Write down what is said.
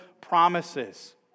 promises